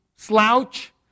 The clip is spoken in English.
Slouch